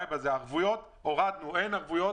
את הערבויות הורדנו, אין ערבויות.